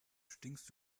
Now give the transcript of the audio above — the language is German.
stinkst